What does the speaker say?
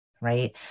right